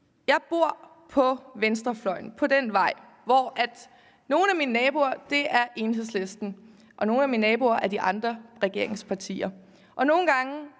Jeg bor på venstrefløjen – på den vej, hvor nogle af mine naboer er Enhedslisten og nogle af mine naboer er de andre regeringspartier. Nogle gange